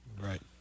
Right